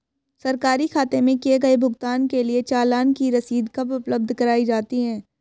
सरकारी खाते में किए गए भुगतान के लिए चालान की रसीद कब उपलब्ध कराईं जाती हैं?